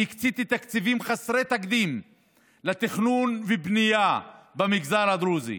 הקצתי תקציבים חסרי תקדים לתכנון ובנייה במגזר הדרוזי,